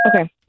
Okay